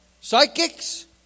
psychics